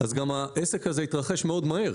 העסק זה יתרחש מאוד מהר.